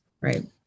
right